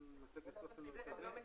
טובים,